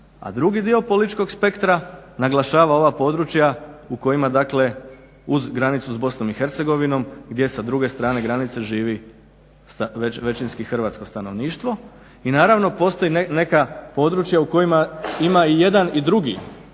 a drugi dio političkog spektra naglašava ova područja u kojima dakle uz granicu s Bosnom i Hercegovinom gdje sa druge strane granice živi većinski Hrvatsko stanovništvo. I naravno postoji neka područja u kojima ima i jedan i drugi,